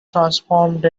transformed